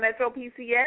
MetroPCS